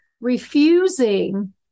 refusing